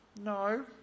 No